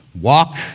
walk